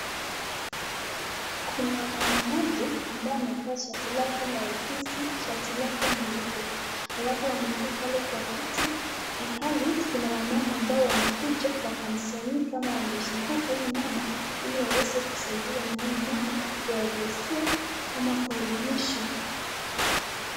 Kuna mama moja ambaye amevaa shati lake la ofisi shati lake nyeupe alafu amekaa pale kwa kiti ilhali kuna wamama ambao wamekuja wakakusanyika ama wamezunguka huyu mama ili wasaidiwe na huyu mama kuwaelezea ama kuwaelimisha.